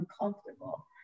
uncomfortable